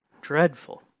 dreadful